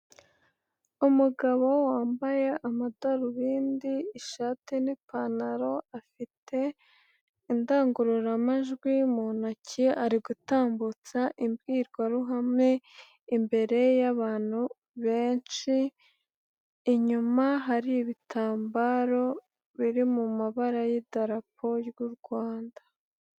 Umugabo wambaye amadarubindi, ishati n'ipantaro afite indangururamajwi mu ntoki ari gutambutsa imbwirwaruhame imbere y'abantu benshi, inyuma hari ibitambaro biri mu mabara y'idarapo y'u Rwanda.